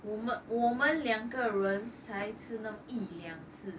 我们我们两个人才吃那么一两次